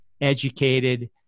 educated